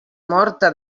morta